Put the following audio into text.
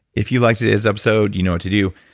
if you liked today's episode, you know what to do.